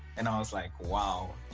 and i was like, wow!